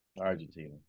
Argentina